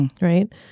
right